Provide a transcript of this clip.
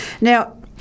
Now